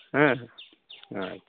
ᱦᱮᱸ ᱟᱪᱪᱷᱟ